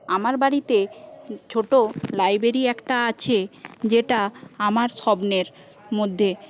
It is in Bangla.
আমার বাড়িতে ছোট লাইব্রেরি একটা আছে যেটা আমার স্বপ্নের মধ্যে